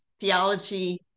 theology